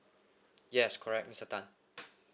yes correct mister tan